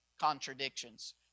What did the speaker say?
contradictions